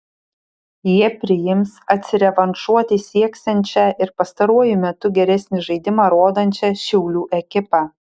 jie priims atsirevanšuoti sieksiančią ir pastaruoju metu geresnį žaidimą rodančią šiaulių ekipą